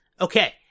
Okay